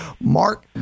Mark